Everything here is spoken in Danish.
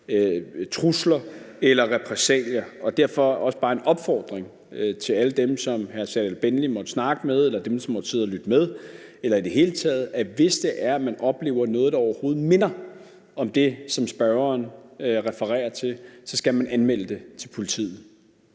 trusler eller repressalier. Derfor skal der også bare lyde en opfordring til alle dem, som hr. Serdal Benli måtte snakke med, eller dem, som måtte sidde og lytte med, eller folk i det hele taget, om, at hvis man oplever noget, der er overhovedet minder om det, som spørgeren refererer til, skal man anmelde det til politiet.